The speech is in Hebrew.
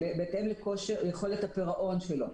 בהתאם ליכולת הפירעון שלו.